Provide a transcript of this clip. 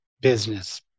business